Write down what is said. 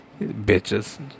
Bitches